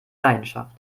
leidenschaft